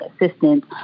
assistance